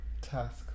task